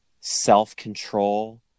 self-control